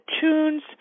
tunes